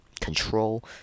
Control